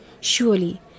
Surely